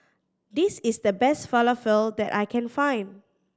this is the best Falafel that I can find